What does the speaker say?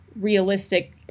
realistic